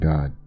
God